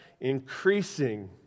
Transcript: increasing